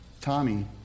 Tommy